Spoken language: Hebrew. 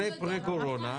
-- לפני פרה-קורונה,